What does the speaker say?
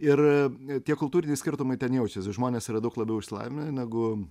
ir tie kultūriniai skirtumai ten jaučias žmonės yra daug labiau išsilavinę negu